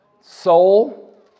soul